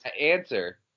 answer